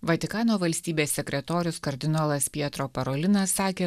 vatikano valstybės sekretorius kardinolas pietro parolinas sakė